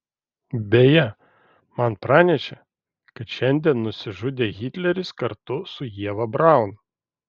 beje man pranešė kad šiandien nusižudė hitleris kartu su ieva braun